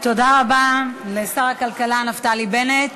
תודה רבה לשר הכלכלה נפתלי בנט.